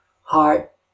Heart